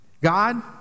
God